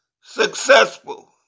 successful